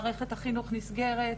מערכת החינוך נסגרת,